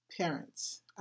parents